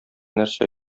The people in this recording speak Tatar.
нәрсә